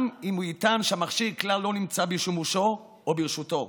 גם אם הוא יטען שהמכשיר כלל לא נמצא בשימושו או ברשותו.